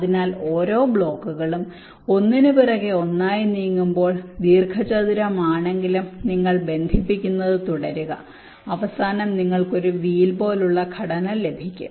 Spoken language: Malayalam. അതിനാൽ ഓരോ ബ്ലോക്കുകളും ഒന്നിനുപുറകെ ഒന്നായി നീങ്ങുമ്പോൾ ദീർഘചതുരമാണെങ്കിലും നിങ്ങൾ ബന്ധിപ്പിക്കുന്നത് തുടരുക അവസാനം നിങ്ങൾക്ക് ഒരു വീൽ പോലുള്ള ഘടന ലഭിക്കും